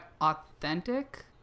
authentic